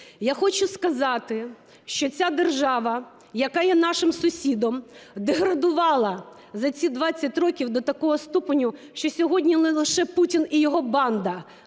Я хочу сказати, що ця держава, яка є нашим сусідом, деградувала за ці 20 років до такого ступеню, що сьогодні не лише Путін і його банда